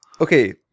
okay